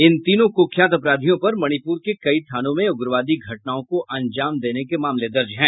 इन तीनों कुख्यात अपराधियों पर मणिपुर के कई थानों में उग्रवादी घटनाओं को अंजाम देने के मामले दर्ज हैं